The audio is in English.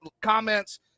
comments